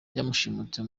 wamushimutiye